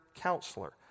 counselor